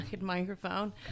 microphone